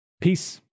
Peace